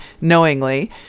knowingly